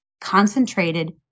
concentrated